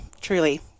truly